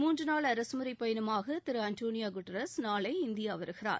மூன்று நாள் அரசுமுறைப் பயணமாக திரு அன்டோனியா கட்டரஸ் நாளை இந்தியா வருகிறார்